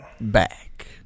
Back